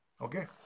Okay